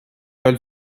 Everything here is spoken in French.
pâle